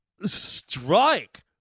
strike